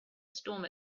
storm